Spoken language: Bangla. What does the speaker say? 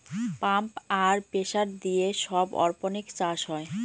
পাম্প আর প্রেসার দিয়ে সব অরপনিক্স চাষ হয়